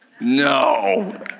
No